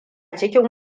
cikin